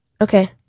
Okay